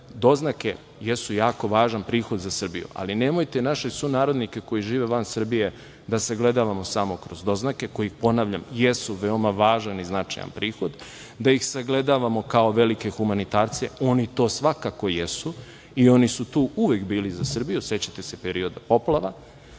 doznake jesu jako važan prihod za Srbiju, ali nemojte naše sunarodnike koji žive van Srbije da sagledavamo samo kroz doznake, koji ponavljam, jesu veoma važan i značajan prihod, da ih sagledavamo kao velike humanitarce. Oni to svakako jesu, i oni su tu uvek bili za Srbiju, sećate se perioda poplava.